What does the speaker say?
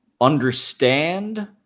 understand